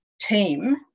team